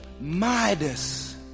Midas